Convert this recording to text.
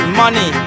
money